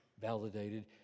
validated